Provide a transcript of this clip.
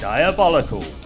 Diabolical